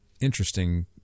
interesting